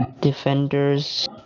Defenders